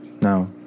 No